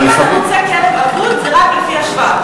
אם אתה מוצא כלב אבוד, זה רק לפי השבב.